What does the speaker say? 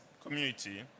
community